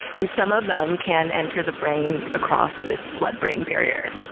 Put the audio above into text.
and some of them can enter the brain across this blood-brain barrier.